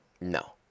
No